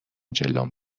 جلوم